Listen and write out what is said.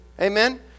amen